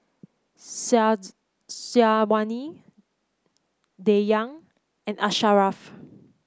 Syazwani Dayang and Asharaff